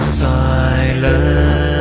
silence